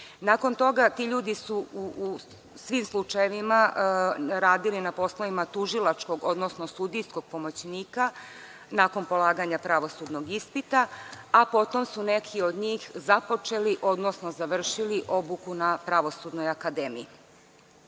toga, ti ljudi su u svim slučajevima radili na poslovima tužilačkog, odnosno sudijskog pomoćnika nakon polaganja pravosudnog ispita, a potom su nekih od njih započeli, odnosno završili obuku na Pravosudnoj akademiji. Najveći